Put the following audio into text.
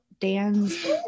Dan's